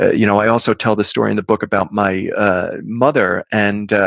you know i also tell the story in the book about my ah mother and